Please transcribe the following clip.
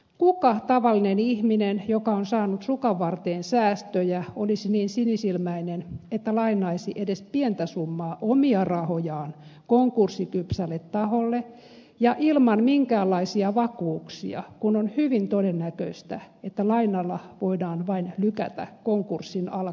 kuka tavallinen ihminen joka on saanut sukanvarteen säästöjä olisi niin sinisilmäinen että lainaisi edes pientä summaa omia rahojaan konkurssikypsälle taholle ja ilman minkäänlaisia vakuuksia kun on hyvin todennäköistä että lainalla voidaan vain lykätä konkurssin alkamista